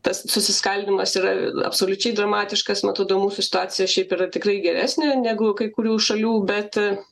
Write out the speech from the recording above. tas susiskaldymas yra absoliučiai dramatiškas atrodo mūsų situacija šiaip yra tikrai geresnė negu kai kurių šalių bet